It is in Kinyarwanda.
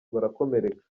barakomereka